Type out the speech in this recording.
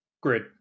grid